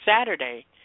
Saturday